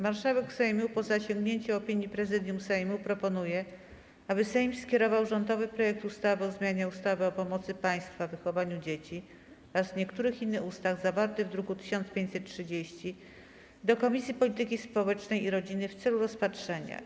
Marszałek Sejmu, po zasięgnięciu opinii Prezydium Sejmu, proponuje, aby Sejm skierował rządowy projekt ustawy o zmianie ustawy o pomocy państwa w wychowywaniu dzieci oraz niektórych innych ustaw, zawarty w druku nr 1530, do Komisji Polityki Społecznej i Rodziny w celu rozpatrzenia.